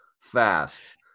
Fast